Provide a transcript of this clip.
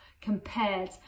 compared